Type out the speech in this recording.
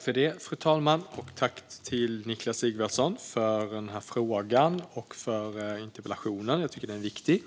Fru talman! Jag tackar Niklas Sigvardsson för frågorna och för interpellationen, som jag tycker är viktig.